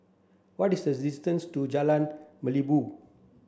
what is the distance to Jalan Merlimau